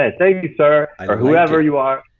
ah thank you sir, or whoever you are.